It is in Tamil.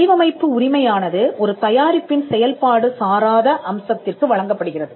வடிவமைப்பு உரிமையானது ஒரு தயாரிப்பின் செயல்பாடு சாராத அம்சத்திற்கு வழங்கப்படுகிறது